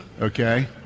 Okay